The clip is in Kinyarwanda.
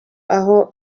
aho